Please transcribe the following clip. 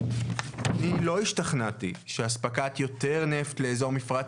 אני לא השתכנעתי שאספקת יותר נפט לאזור מפרץ